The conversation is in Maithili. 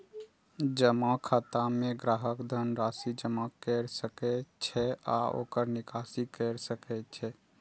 जमा खाता मे ग्राहक धन राशि जमा कैर सकै छै आ ओकर निकासी कैर सकै छै